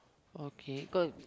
okay cause